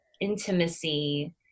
intimacy